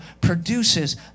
produces